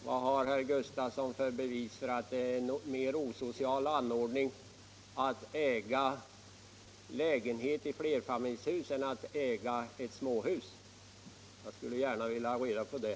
Vad har herr Gustafsson för bevis för att det är en mer osocial anordning att äga lägenhet i flerfamiljshus än att äga ett småhus? Jag skulle gärna vilja ha reda på det.